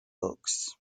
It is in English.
books